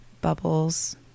Bubbles